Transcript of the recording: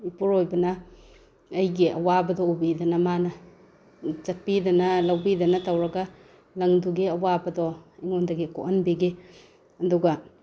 ꯏꯄꯨꯔꯣꯏꯕꯅ ꯑꯩꯒꯤ ꯑꯋꯥꯕꯗꯣ ꯎꯕꯤꯗꯅ ꯃꯥꯅ ꯆꯠꯄꯤꯗꯅ ꯂꯧꯕꯤꯗꯅ ꯇꯧꯔꯒ ꯂꯪꯗꯨꯒꯤ ꯑꯋꯥꯕꯗꯣ ꯑꯩꯉꯣꯟꯗꯒꯤ ꯀꯣꯛꯍꯟꯕꯤꯈꯤ ꯑꯗꯨꯒ